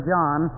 John